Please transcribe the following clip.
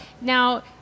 Now